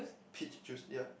peach juice ya